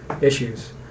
issues